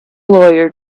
lawyer